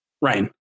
Ryan